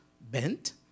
bent